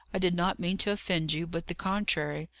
i did not mean to offend you, but the contrary.